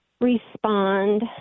respond